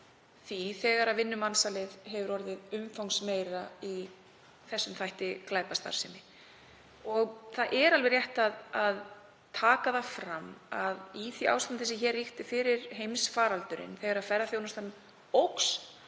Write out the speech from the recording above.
því þegar vinnumansal eykst. Það hefur orðið umfangsmeira í þessum þætti glæpastarfsemi. Það er alveg rétt að taka það fram að í því ástandi sem ríkti hér fyrir heimsfaraldurinn, þegar ferðaþjónustan óx